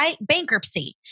bankruptcy